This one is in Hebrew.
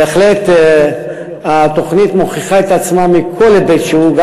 בהחלט התוכנית מוכיחה את עצמה מכל היבט שהוא,